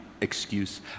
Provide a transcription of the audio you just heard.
Excuse